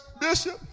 Bishop